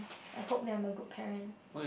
I hope that I'm a good parent